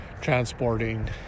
transporting